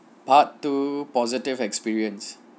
part two positive experience